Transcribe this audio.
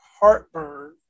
heartburn